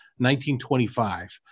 1925